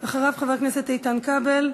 אחריו, חבר הכנסת איתן כבל,